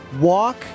walk